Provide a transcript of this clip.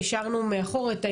מעבר לכנופיות הפשע,